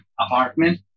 apartment